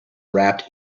wrapped